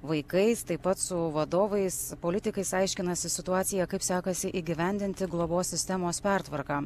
vaikais taip pat su vadovais politikais aiškinasi situaciją kaip sekasi įgyvendinti globos sistemos pertvarką